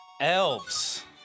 elves